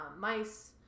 mice